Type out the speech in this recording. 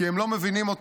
כי הם לא מבינים אותך".